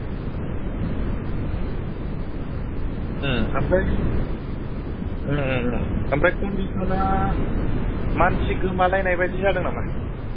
ओमफ्राय ओमफ्राय खनदिसना मानसि गोमालायनाय बायदि जादों नामा